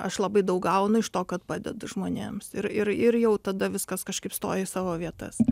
aš labai daug gaunu iš to kad padedu žmonėms ir ir ir jau tada viskas kažkaip stoja į savo vietas